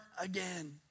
again